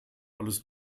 alles